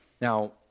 Now